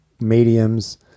mediums